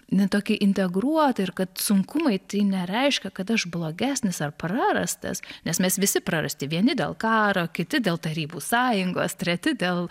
ne tokia integruota ir kad sunkumai tai nereiškia kad aš blogesnis ar prarastas nes mes visi prarasti vieni dėl karo kiti dėl tarybų sąjungos treti dėl